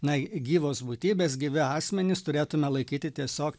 na gyvos būtybės gyvi asmenys turėtume laikyti tiesiog